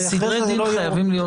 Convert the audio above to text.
סדרי דין חייבים להיות.